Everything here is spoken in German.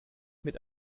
mit